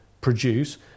produce